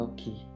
Okay